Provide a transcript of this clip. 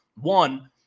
one